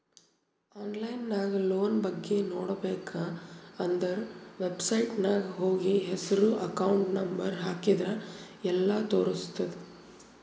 online ನಾಗ್ loan ಬಗ್ಗೆ ನೋಡ್ಬೇಕ ಅಂದುರ್ ವೆಬ್ಸೈಟ್ನಾಗ್ ಹೋಗಿ ಹೆಸ್ರು ಅಕೌಂಟ್ ನಂಬರ್ ಹಾಕಿದ್ರ ಎಲ್ಲಾ ತೋರುಸ್ತುದ್